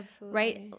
right